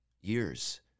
years